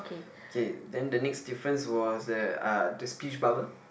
K then the next difference was that uh there's peach barber